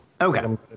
Okay